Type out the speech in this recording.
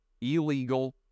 illegal